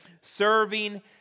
serving